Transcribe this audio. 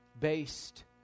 based